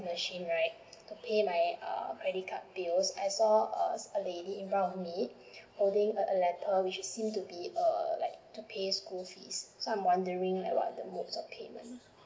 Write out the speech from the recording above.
machine right to pay my credit card bill I saw a a lady in front of me holding a letter which is seems to err to pay school fees so I'm wondering like what the mode of payment